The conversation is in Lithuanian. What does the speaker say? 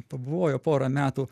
pabuvojo porą metų